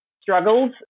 struggles